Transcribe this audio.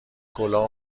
کلاه